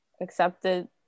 accepted